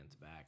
back